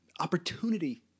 opportunity